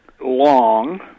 long